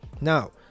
Now